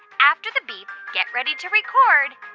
after the beep, get ready to record